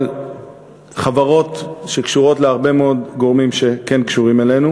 אבל חברות שקשורות להרבה מאוד גורמים שכן קשורים אלינו,